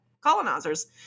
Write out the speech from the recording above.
colonizers